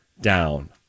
down